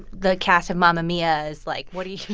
the cast of mamma mia! is like, what do you